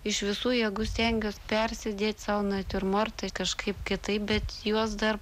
iš visų jėgų stengiuos persidėt sau natiurmortą kažkaip kitaip bet juos dar